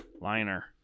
Liner